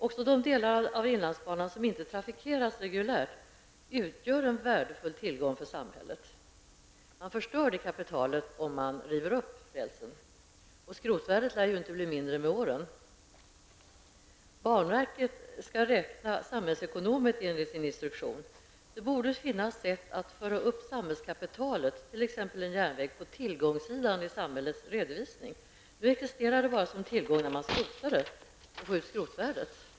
Också de delar av inlandsbanan som inte trafikeras reguljärt utgör en värdefull tillgång för samhället. Man förstör det kapitalet om man river upp rälsen -- skrotvärdet lär ju inte bli mindre med åren. Banverket skall enligt sin instruktion räkna samhällsekonomiskt. Det borde finnas sätt att föra upp samhällskapital, t.ex. en järnväg, på tillgångssidan i samhällets redovisning. Nu existerar bara skrotvärdet som en tillgång.